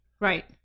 right